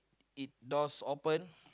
it doors open